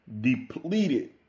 depleted